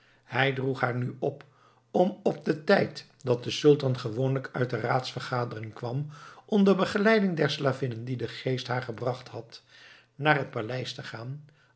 hij droeg haar nu op om op den tijd dat de sultan gewoonlijk uit de raadsvergadering kwam onder begeleiding der slavinnen die de geest haar gebracht had naar het paleis te gaan